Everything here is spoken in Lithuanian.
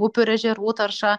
upių ir ežerų tarša